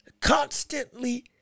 Constantly